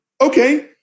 okay